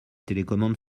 télécommande